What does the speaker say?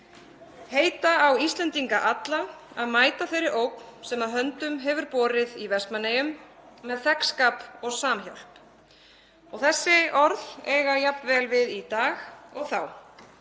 heita „á Íslendinga alla að mæta þeirri ógn, sem að höndum hefur borið í Vestmannaeyjum, með þegnskap og samhjálp“. Þessi orð eiga jafn vel við í dag og þá.